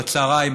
בצוהריים,